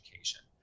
education